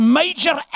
major